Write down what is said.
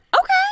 Okay